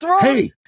hey